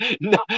no